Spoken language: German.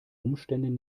umständen